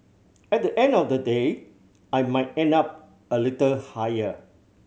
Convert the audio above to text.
at the end of the day I might end up a little higher